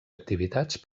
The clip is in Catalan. activitats